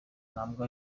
ntabwo